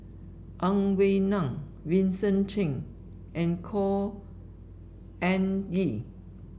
Ang Wei Neng Vincent Cheng and Khor Ean Ghee